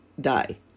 die